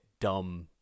dumb